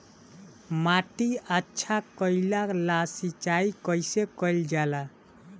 माटी अच्छा कइला ला सिंचाई कइसे कइल जाला?